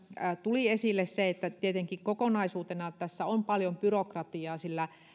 tuli esille se että tietenkin kokonaisuutena tässä on paljon byrokratiaa sillä